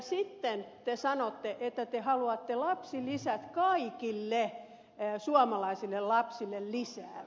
sitten te sanotte että te haluatte lapsilisät kaikille suomalaisille lapsille lisää